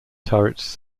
turrets